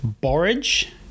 borage